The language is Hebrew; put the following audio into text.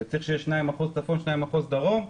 צריך שיהיו שניים במחוז צפון, שניים במחוז דרום,